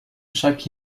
chaque